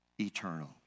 eternal